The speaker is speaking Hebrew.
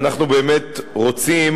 אנחנו באמת רוצים,